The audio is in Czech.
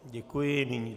Děkuji.